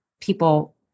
people